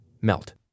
melt